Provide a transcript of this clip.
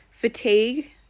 fatigue